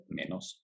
menos